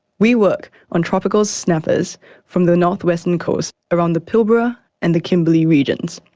we work on tropical snappers from the north-western coast around the pilbara and the kimberley regions,